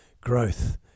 growth